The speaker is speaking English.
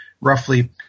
roughly